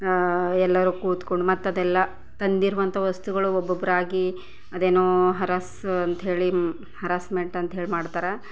ಎಲ್ಲರೂ ಕೂತ್ಕೊಂಡು ಮತ್ತದೆಲ್ಲ ತಂದಿರುವಂಥ ವಸ್ತುಗಳು ಒಬ್ಬೊಬ್ಬರಾಗಿ ಅದೇನೋ ಹರಸು ಅಂಥೇಳಿ ಹರಾಸ್ಮೆಟ್ ಅಂಥೇಳಿ ಮಾಡ್ತಾರ